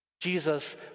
Jesus